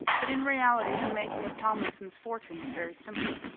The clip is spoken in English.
but in reality the making of tomlinson's fortune was very simple.